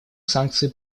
санкции